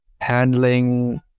handling